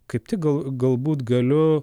kaip tik gal galbūt galiu